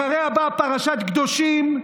אחריה באה פרשת קדושים,